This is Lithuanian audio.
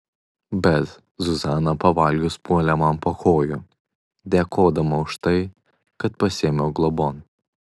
bet zuzana pavalgius puolė man po kojų dėkodama už tai kad pasiėmiau globon